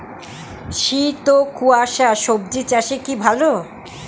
শীত ও কুয়াশা স্বজি চাষে কি ভালো?